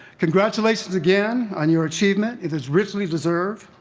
congratulations again on your achievement, it is richly deserved.